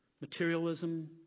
Materialism